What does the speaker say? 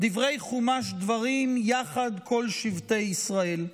דברי חומש דברים "יחד כל שבטי ישראל".